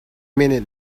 minute